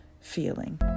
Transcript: feeling